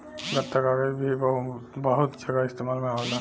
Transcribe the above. गत्ता कागज़ भी बहुत जगह इस्तेमाल में आवेला